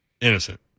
innocent